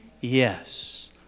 Yes